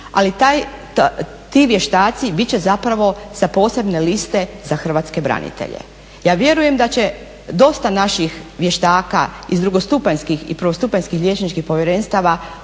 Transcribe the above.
taj, ti vještaci bit će zapravo sa posebne liste za Hrvatske branitelja. Ja vjerujem da će dosta naših vještačka iz drugostupanjskih i prvostupanjskih liječničkih povjerenstava ući u to